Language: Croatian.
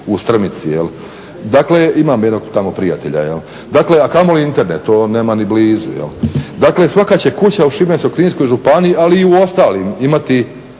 u Strmici. Dakle, imam jednog tamo prijatelja, dakle a kamoli Internet to nema ni blizu. Dakle, svaka će kuća u Šibensko-kninskoj županiji ali i u ostalim imati